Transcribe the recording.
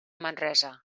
manresa